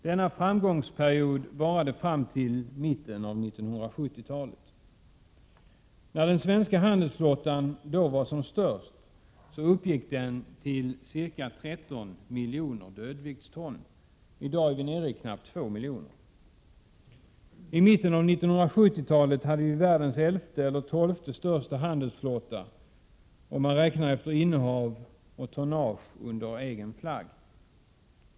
Denna framgångstid varade fram till mitten av 1970-talet. När den svenska handelsflottan var som störst uppgick den till ca 13 miljoner dödviktston. I dag är vi nere i knappt 2 miljoner. I mitten av 1970-talet hade vi världens elfte eller tolfte största handelsflotta, om man räknar efter innehav och tonnage under egen flagg.